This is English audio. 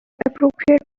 appropriate